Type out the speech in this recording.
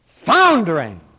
foundering